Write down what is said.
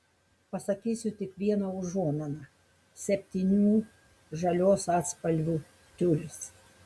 pasakysiu tik vieną užuominą septynių žalios atspalvių tiulis